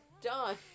done